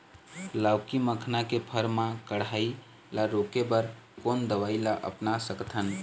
लाउकी मखना के फर मा कढ़ाई ला रोके बर कोन दवई ला अपना सकथन?